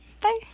Bye